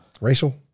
Racial